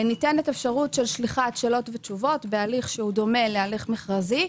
ניתנת אפשרות שליחת שאלות ותשובות בהליך שדומה להליך מכרזי,